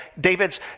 David's